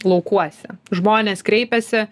laukuose žmonės kreipiasi